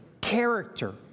character